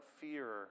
fear